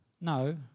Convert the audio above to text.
No